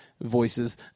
voices